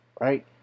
Right